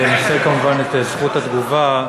אני אנצל כמובן את זכות התגובה.